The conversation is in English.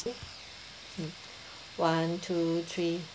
hmm one two three